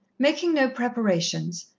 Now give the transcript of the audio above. making no preparations,